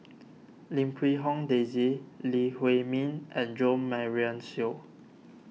Lim Quee Hong Daisy Lee Huei Min and Jo Marion Seow